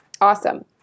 Awesome